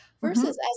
versus